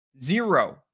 zero